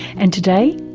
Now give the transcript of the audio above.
and today,